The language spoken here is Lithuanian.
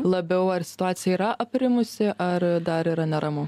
labiau ar situacija yra aprimusi ar dar yra neramu